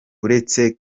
uretse